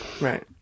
Right